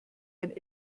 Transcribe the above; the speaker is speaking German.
ein